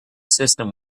system